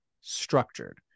structured